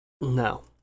No